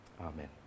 Amen